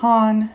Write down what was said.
Han